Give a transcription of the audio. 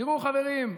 תראו, חברים,